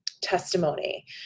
testimony